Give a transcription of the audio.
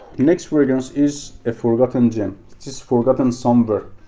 next fragrance is a forgotten gem it's it's forgotten somewhere